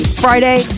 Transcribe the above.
Friday